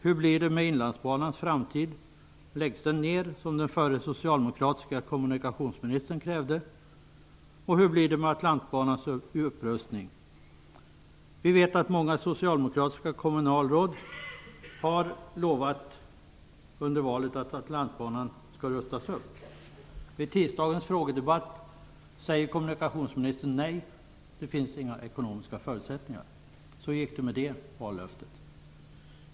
Hur blir det men Hur blir det mad Atlantbanans upprustning? Vi vet att många socialdemokratiska kommunalråd under valet har lovat att Atlantbanan skall rustas upp. Vid tisdagens frågedebatt sade kommunikationsministern nej. Det finns inga ekonomiska förutsättningar. Så gick det med det vallöftet.